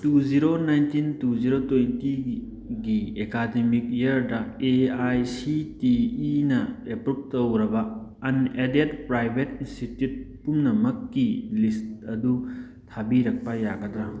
two zero nineteen two zero ꯇ꯭ꯋꯦꯟꯇꯤꯒꯤ academic ꯏꯌꯥꯔꯗ A I C T ꯏꯅ approve ꯇꯧꯔꯕ ꯑꯟꯑꯦꯗꯦꯠ ꯄ꯭ꯔꯥꯏꯚꯦꯠ ꯏꯟꯁꯇꯤꯇ꯭ꯌꯨꯠ ꯄꯨꯝꯅꯃꯛꯀꯤ ꯂꯤꯁ ꯑꯗꯨ ꯊꯥꯕꯤꯔꯛꯄ ꯌꯥꯒꯗ꯭ꯔꯥ